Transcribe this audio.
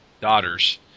daughters